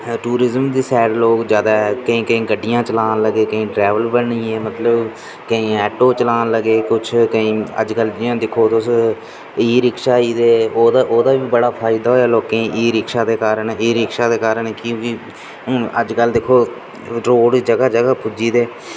tourism दी side लोक ज्यादा केईं केईं गड्डियां चलान लगी पे केईं ड्राईवर बनी गे मतलव केईं ऑटो चलान लगी पे कुछ केईं अज्ज कल्ल तुस दिखो ई रिक्शा ते ओह्दा बी बड़ा फायदा होआ दा लोकें गी ई रिक्शा दे कारण क्योकि हून अज्ज कल्ल दिक्खो रोड़ जगह् जगह् पुज्जी दे